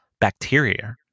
bacteria